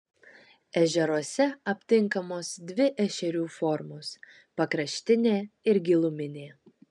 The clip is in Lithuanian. ežeruose aptinkamos dvi ešerių formos pakraštinė ir giluminė